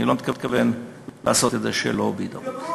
אני לא מתכוון לעשות את זה שלא בהידברות.